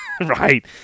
right